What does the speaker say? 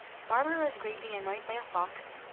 a farmer was greatly annoyed by a fox,